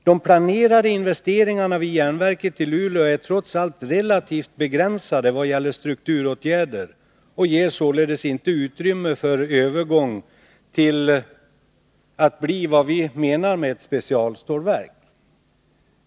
De planerade investeringarna vid järnverket i Luleå är trots allt relativt begränsade vad gäller strukturåtgärder och ger således inte utrymme för övergång till att bli vad vi menar med ett specialstålverk.